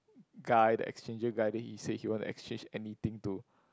guy the exchanger guy that he said he want to exchange anything to